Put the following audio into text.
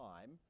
time